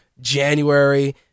January